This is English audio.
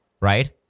right